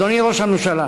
אדוני ראש הממשלה,